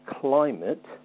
climate